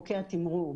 חוקי התמרור.